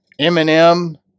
Eminem